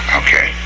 okay